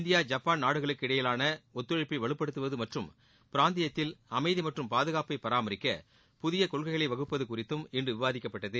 India Japan நாடுகளுக்கு இடையேயான ஒத்துழைப்பை வலுப்படுத்துவது மற்றும் பிராந்தியத்தில் அமைதி மற்றும் பாதுகாப்பை பராமரிக்க புதிய கொள்கைகளை வகுப்பது குறித்தும் இன்று விவாதிக்கப்பட்டது